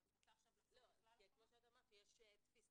אז את רוצה עכשיו --- כי כמו שאת אמרת - יש תפיסה,